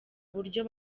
buryo